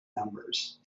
numbers